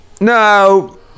No